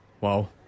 Wow